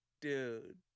Dude